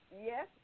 Yes